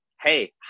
Hey